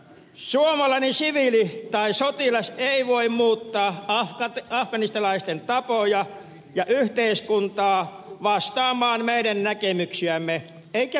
suomalainen siviili tai sotilas ei voi muuttaa afganistanilaisten tapoja ja yhteiskuntaa vastaamaan meidän näkemyksiämme eikä pidäkään